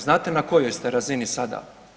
Znate na kojoj ste razini sada?